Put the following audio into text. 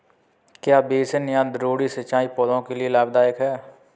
क्या बेसिन या द्रोणी सिंचाई पौधों के लिए लाभदायक है?